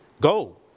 go